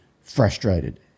frustrated